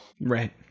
Right